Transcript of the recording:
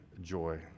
joy